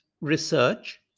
research